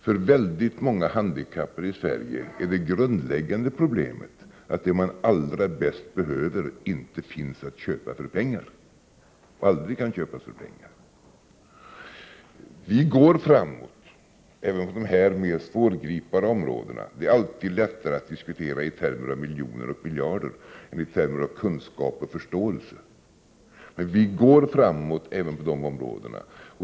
För många handikappade i Sverige är det grundläggande problemet att det man allra bäst behöver inte finns att köpa för pengar — och aldrig kan köpas för pengar. Vi går framåt även på de här mer svårgripbara områdena. Det är alltid lättare att diskutera i termer av miljoner och miljarder än i termer av kunskap och förståelse, men vi går alltså framåt även på dessa områden.